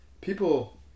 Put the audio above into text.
people